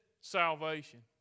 salvation